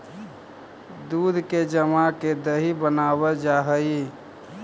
दूध के जमा के दही बनाबल जा हई